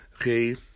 okay